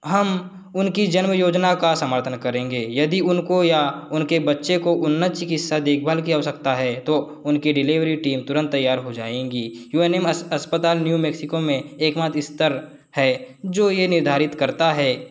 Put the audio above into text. हम उनकी जन्म योजना का समर्थन करेंगे यदि उनको या उनके बच्चे को उन्नत चिकित्सा देखभाल की आवश्यकता है तो उनकी डिलीवरी टीम तुरंत तैयार हो जाएँगी यूएनएम अस्पताल न्यू मेक्सिको में एकमात्र स्तर है जो ये निर्धारित करता है